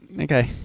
okay